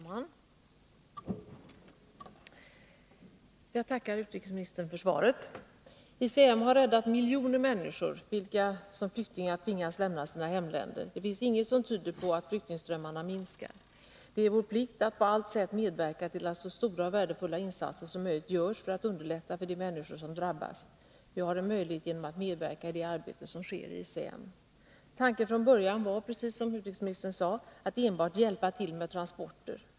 Herr talman! Jag tackar utrikesministern för svaret. ICM har räddat miljoner människor, vilka som flyktingar tvingats lämna sina hemländer. Det finns inget som tyder på att flyktingströmmarna minskar. Det är vår plikt att på allt sätt medverka till att så stora och värdefulla insatser som möjligt görs för att underlätta för de människor som drabbas. Vi har en möjlighet till det genom att medverka i det arbete som sker i ICM. Tanken var från början, precis som utrikesministern sade, att enbart hjälpa till med transporter.